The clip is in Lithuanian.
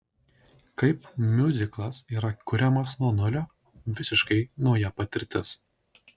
kaip miuziklas yra kuriamas nuo nulio visiškai nauja patirtis